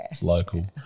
local